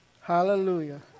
hallelujah